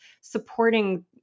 supporting